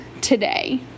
today